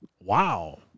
Wow